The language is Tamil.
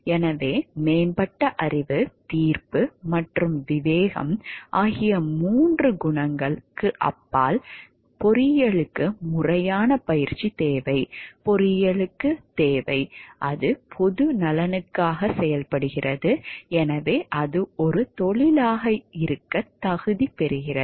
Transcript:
எனவே மேம்பட்ட அறிவு தீர்ப்பு மற்றும் விவேகம் ஆகிய மூன்று குணங்களுக்கு அப்பால் பொறியியலுக்கு முறையான பயிற்சி தேவை பொறியியலுக்குத் தேவை அது பொது நலனுக்காகச் செயல்படுகிறது எனவே அது ஒரு தொழிலாக இருக்கத் தகுதி பெறுகிறது